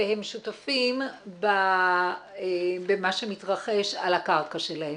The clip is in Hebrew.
והם שותפים במה שמתרחש על הקרקע שלהם.